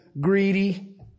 greedy